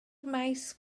maes